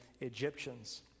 Egyptians